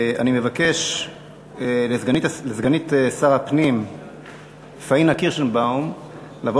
אני מבקש מסגנית שר הפנים פניה קירשנבאום לבוא